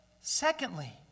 secondly